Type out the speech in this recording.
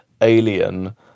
alien